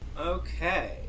Okay